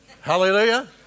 Hallelujah